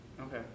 Okay